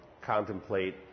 contemplate